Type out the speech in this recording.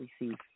receive